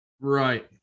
right